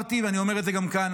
אני אמרתי ואני אומר את זה גם כאן,